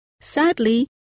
Sadly